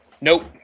Nope